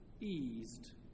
eased